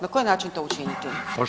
Na koji način to učiniti?